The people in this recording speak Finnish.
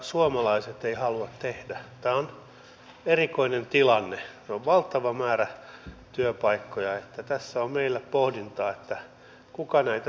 ongelma ei koske pelkästään ministereitä vaan myös ministeriöitä ja virkakuntaa sekä tiedotusvälineitä jos ne alistuvat poliittiseen ohjaukseen